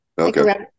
okay